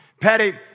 Patty